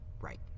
Right